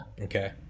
Okay